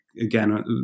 again